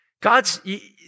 God's